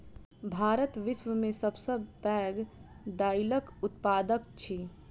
भारत विश्व में सब सॅ पैघ दाइलक उत्पादक अछि